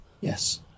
yes